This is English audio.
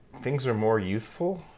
things are more youthful,